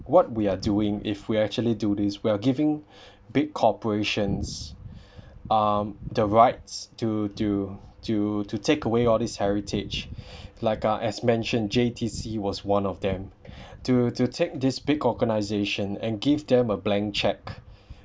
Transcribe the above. what we are doing if we actually do this we're giving big corporations um the rights to to to to take away all these heritage like uh as mentioned J_T_C was one of them to to take this big organisation and give them a blank check